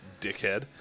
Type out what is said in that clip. dickhead